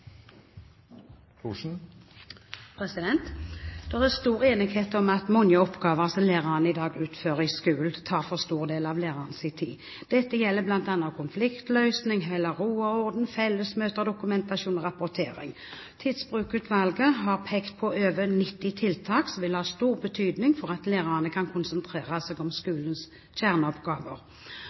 stor enighet om at mange oppgaver som lærerne i dag utfører i skolen, tar for stor del av lærernes tid. Dette gjelder bl.a. konfliktløsning, holde ro og orden, fellesmøter, dokumentasjon og rapportering. Tidsbrukutvalget har pekt på over 90 tiltak som vil ha stor betydning for at lærerne kan konsentrere seg om skolens kjerneoppgaver.